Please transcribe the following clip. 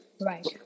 Right